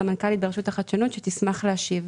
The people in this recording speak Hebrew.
סמנכ"לית ברשות החדשנות שתשמח להשיב.